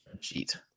cheat